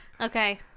Okay